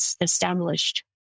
established